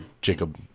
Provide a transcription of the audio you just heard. Jacob